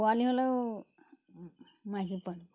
পোৱালি হ'লেও মাহী পোৱালি